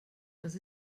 dass